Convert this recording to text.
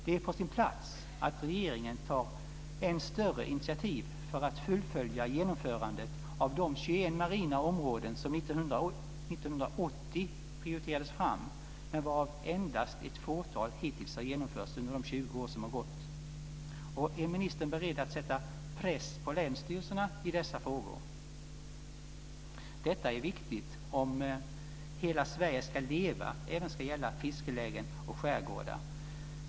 Det är på sin plats att regeringen tar än större initiativ för att fullfölja genomförandet av de 21 marina områden som 1980 prioriterades, men varav endast ett fåtal hittills har genomförts under de 20 år som har gått. Är ministern beredd att sätta press på länsstyrelserna i dessa frågor? Detta är viktigt om begreppet Hela Sverige ska leva även ska gälla fiskelägen och skärgårdar.